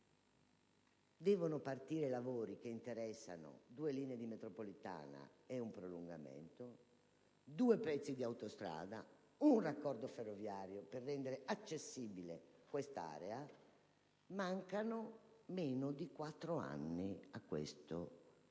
Devono iniziare i lavori che interessano due linee di metropolitana e un prolungamento, due tratti di autostrada, un raccordo ferroviario per rendere accessibile l'area: mancano meno di quattro anni a questo appuntamento.